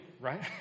right